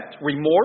remorse